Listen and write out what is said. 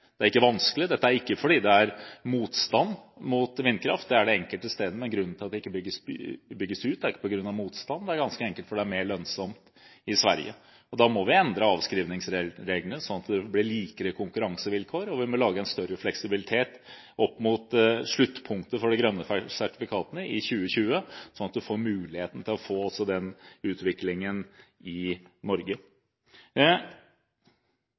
Det er ikke vanskelig, og det er ikke fordi det er motstand mot vindkraft – det er det enkelte steder. Grunnen til at det ikke bygges ut, er altså ikke motstand, det er ganske enkelt fordi det er mer lønnsomt i Sverige. Da må vi endre avskrivningsreglene, sånn at det blir likere konkurransevilkår, og vi må lage en større fleksibilitet opp mot sluttpunktet for de grønne sertifikatene i 2020, sånn at vi får muligheten til å få den utviklingen også i Norge.